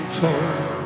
told